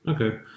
Okay